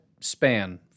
span